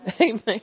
amen